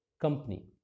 company